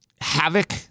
havoc